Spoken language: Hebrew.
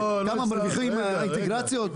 כמה מרוויחים האינטגרציות?